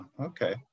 Okay